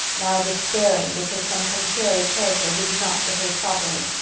now despairing because some contrary character would not behave properly.